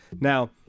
Now